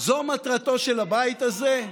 --- זו מטרתו של הבית הזה?